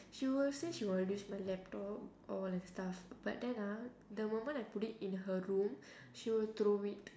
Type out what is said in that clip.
she will say she will use my laptop all that stuff but then ah the moment I put it in her room she will throw it